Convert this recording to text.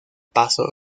paso